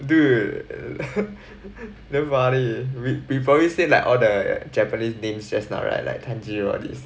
dude damn funny we probably said like all the japanese names just now right like tanjiro all these